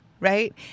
Right